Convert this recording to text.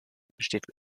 besteht